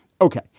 Okay